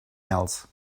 else